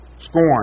scorn